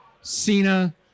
Cena